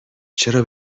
چرا